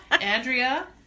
Andrea